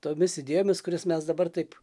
tomis idėjomis kurias mes dabar taip